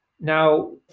now